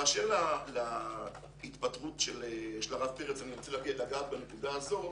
באשר להתפטרות של הרב פרץ - אני רוצה לגעת בנקודה הזאת